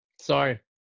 Sorry